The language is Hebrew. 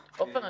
--- עפר,